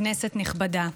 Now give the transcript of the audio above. כנסת נכבדה,